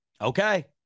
Okay